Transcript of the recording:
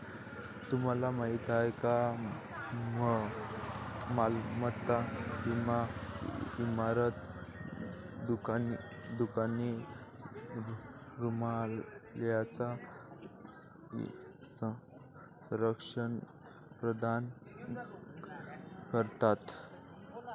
तुम्हाला माहिती आहे का मालमत्ता विमा इमारती, दुकाने, रुग्णालयांना संरक्षण प्रदान करतो